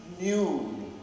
new